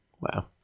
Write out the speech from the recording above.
Wow